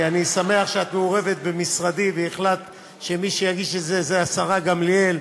אני שמח שאת מעורבת במשרדי והחלטת שמי שיגיש את זה זו השרה גמליאל,